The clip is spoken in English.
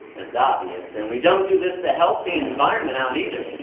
that's obvious. and we don't do this to help the environment out either.